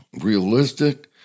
realistic